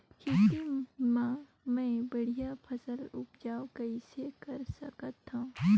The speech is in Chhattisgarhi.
खेती म मै बढ़िया फसल उपजाऊ कइसे कर सकत थव?